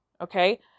Okay